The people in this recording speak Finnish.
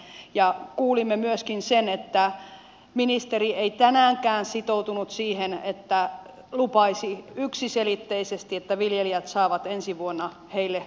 kuulimme myöskin sen että ministeri ei tänäänkään sitoutunut siihen että lupaisi yksiselitteisesti että viljelijät saavat ensi vuonna heille suunnatut tuet